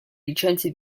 licenze